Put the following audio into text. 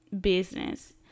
business